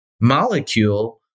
molecule